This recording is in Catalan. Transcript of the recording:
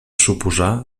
suposar